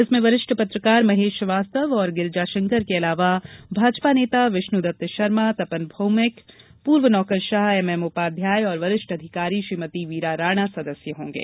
इसमें वरिष्ठ पत्रकार महेश श्रीवास्तव और गिरिजाशंकर के अलावा भाजपा नेता विष्णुदत्त शर्मा तपन भौमिक पूर्व नौकरशाह एम एम उपाध्याय और वरिष्ठ अधिकारी श्रीमती वीरा राणा सदस्य होंगे